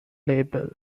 label